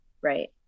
right